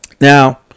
Now